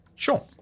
Sure